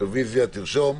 רוויזיה, תרשום.